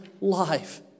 life